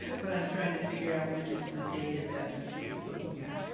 but i am trying to figure out which is the data that we should be looking at.